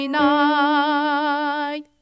night